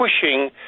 pushing